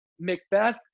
Macbeth